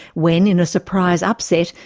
when in a surprise upset,